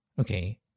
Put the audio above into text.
okay